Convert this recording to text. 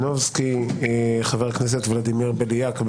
חבר הכנסת ולדימיר בליאק.